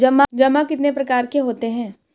जमा कितने प्रकार के होते हैं?